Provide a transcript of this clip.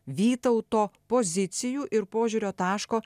vytauto pozicijų ir požiūrio taško